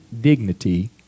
dignity